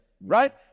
Right